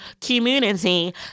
community